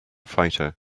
fighter